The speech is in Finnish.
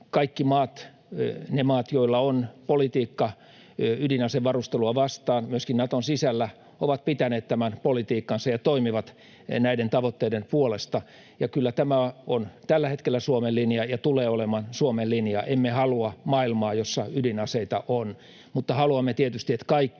kaikki ne maat, joilla on politiikka ydinasevarustelua vastaan, myöskin Naton sisällä ovat pitäneet tämän politiikkansa ja toimivat näiden tavoitteiden puolesta, ja kyllä tämä on tällä hetkellä Suomen linja ja tulee olemaan Suomen linja. Emme halua maailmaa, jossa ydinaseita on, mutta haluamme tietysti, että kaikki